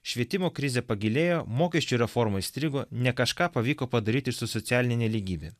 švietimo krizė pagilėjo mokesčių reforma įstrigo ne kažką pavyko padaryti ir su socialine nelygybe